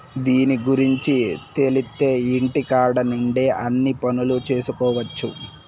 దీని గురుంచి తెలిత్తే ఇంటికాడ నుండే అన్ని పనులు చేసుకొవచ్చు